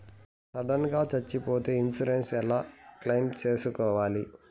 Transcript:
Sudden గా సచ్చిపోతే insurance ఎలా క్లెయిమ్ సేసుకోవాలి?